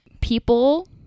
People